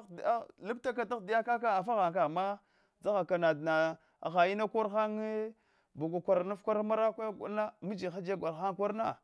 laftaka dagt diya ka ka afa ghan kaghma dzaka na hahd inunda kwara hanye bagwa kwaranaf kwara makwe mitin hadiya gol hank or na